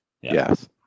Yes